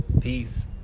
Peace